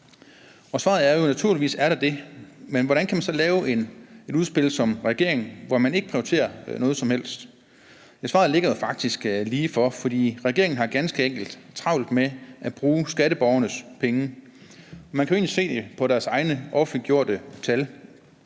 Svaret er jo, at naturligvis er der det. Men hvordan kan man så lave et udspil som regeringen, hvor man ikke prioriterer noget som helst? Svaret ligger jo faktisk ligefor, for regeringen har ganske enkelt travlt med at bruge skatteborgernes penge. Man kan jo egentlig se det på deres egne offentliggjorte tal.